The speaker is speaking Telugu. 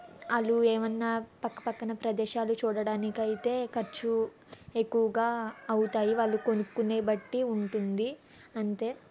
వాళ్ళు ఏమన్నా పక్క పక్కన ప్రదేశాలు చూడడానికైతే ఖర్చు ఎక్కువగా అవుతాయి వాళ్ళు కొనుక్కునే బట్టి ఉంటుంది అంతే